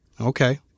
Okay